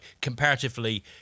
Comparatively